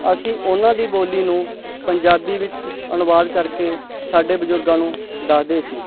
ਅਸੀਂ ਉਹਨਾਂ ਦੀ ਬੋਲੀ ਨੂੰ ਪੰਜਾਬੀ ਵਿੱਚ ਅਨੁਵਾਦ ਕਰਕੇ ਸਾਡੇ ਬਜ਼ੁਰਗਾਂ ਨੂੰ ਦੱਸਦੇ ਸੀ